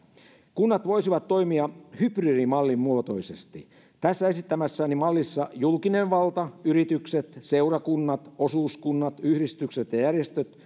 kunnat voisivat toimivia hybridimallin muotoisesti tässä esittämässäni mallissa julkinen valta yritykset seurakunnat osuuskunnat yhdistykset ja ja järjestöt